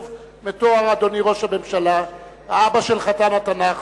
מתואר "אדוני ראש הממשלה" האבא של חתן התנ"ך.